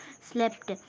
slept